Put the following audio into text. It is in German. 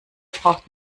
braucht